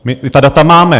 My ta data máme.